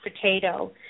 potato